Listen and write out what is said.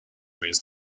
mes